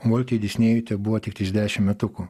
voltui disnėjui tebuvo tiktais dešim metukų